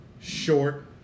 Short